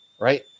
right